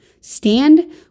Stand